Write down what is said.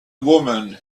woman